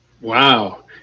Wow